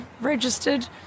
registered